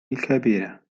الكبيرة